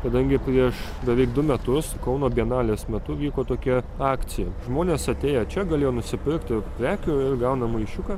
kadangi prieš beveik du metus kauno bienalės metu vyko tokia akcija žmonės atėję čia galėjo nusipirkti prekių ir gauna maišiuką